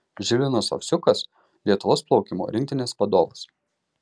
žilvinas ovsiukas lietuvos plaukimo rinktinės vadovas